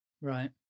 Right